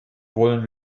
wollen